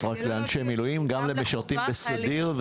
רק לאנשי מילואים אלא גם למשרתי בסדיר.